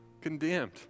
condemned